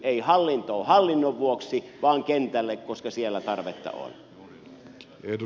ei hallintoa hallinnon vuoksi vaan kentälle koska siellä tarvetta on